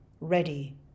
ready